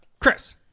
Chris